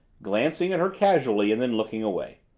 glancing at her casually and then looking away.